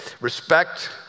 respect